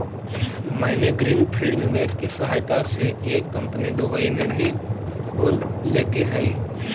मैंने green field निवेश के सहायता से एक कंपनी दुबई में भी खोल लेके हइ